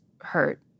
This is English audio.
hurt